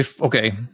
okay